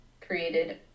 created